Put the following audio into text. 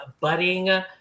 budding